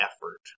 effort